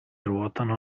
ruotano